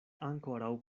ankoraŭ